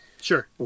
Sure